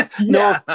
No